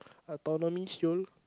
autonomy [siol]